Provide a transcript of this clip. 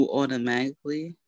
automatically